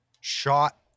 shot